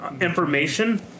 information